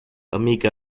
amiga